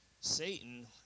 Satan